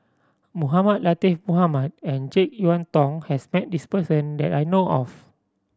Mohamed Latiff Mohamed and Jek Yeun Thong has met this person that I know of